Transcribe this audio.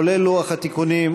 כולל לוח התיקונים,